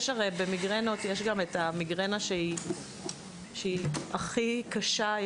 יש הרי במיגרנות יש גם את המיגרנה שהיא הכי קשה,